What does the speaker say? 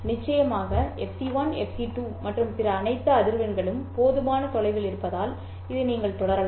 நிச்சயமாக fc1 fc2 மற்றும் பிற அனைத்து அதிர்வெண்களும் போதுமான தொலைவில் இருப்பதால் இதை நீங்கள் தொடரலாம்